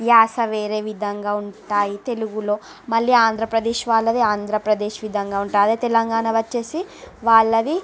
యాస వేరే విధంగా ఉంటాయి తెలుగులో మళ్ళీ ఆంధ్రప్రదేశ్ వాళ్ళది ఆంధ్రప్రదేశ్ విధంగా ఉంటాయి అదే తెలంగాణ వచ్చేసి వాళ్ళది